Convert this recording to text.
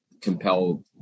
compel